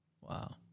Wow